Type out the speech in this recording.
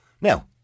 Now